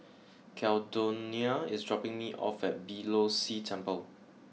Caldonia is dropping me off at Beeh Low See Temple